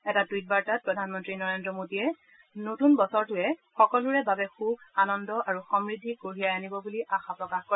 এটা টুইট বাৰ্তাত প্ৰধানমন্তী নৰ্জ্ৰ মোডীয়ে নতুন বছৰটোৱে সকলোৰে বাবে সুখ আনন্দ আৰু সমৃদ্ধি কঢ়িয়াই আনিব বুলি আশা প্ৰকাশ কৰে